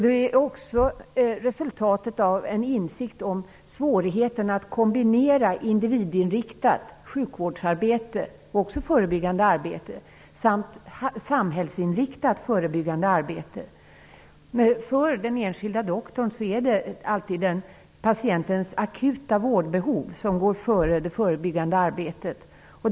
Det är också resultat av insikten om svårigheterna med att kombinera individinriktat förebyggande sjukvårdsarbete och samhällsinriktat förebyggande arbete. För den enskilde doktorn går alltid patientens akuta vårdbehov före det förebyggande arbetet.